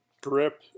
grip